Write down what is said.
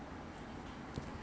我闻了好像白开水